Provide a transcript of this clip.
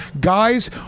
guys